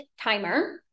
timer